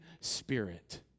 spirit